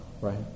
right